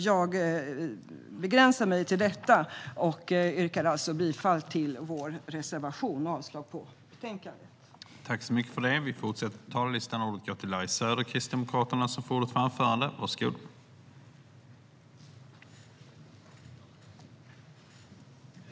Jag begränsar mig till detta och yrkar bifall till vår reservation och avslag på utskottets förslag.